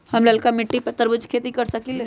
हम लालका मिट्टी पर तरबूज के खेती कर सकीले?